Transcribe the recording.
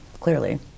clearly